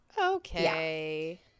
Okay